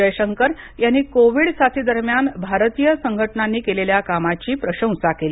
जयशंकर यांनी कोविड साथीदरम्यान भारतीय संघटनांनी केलेल्या कामाची प्रशंसा केली